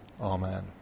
Amen